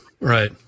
right